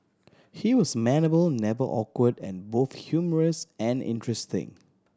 he was amenable never awkward and both humorous and interesting